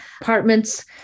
apartments